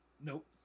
Nope